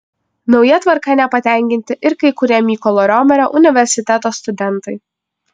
nauja tvarka nepatenkinti ir kai kurie mykolo romerio universiteto studentai